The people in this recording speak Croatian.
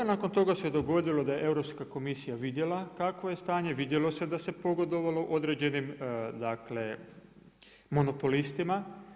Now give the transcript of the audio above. Nakon toga se dogodilo da je Europska komisija vidjela kakvo je stanje, vidjelo se da se pogodovalo određenim, dakle monopolistima.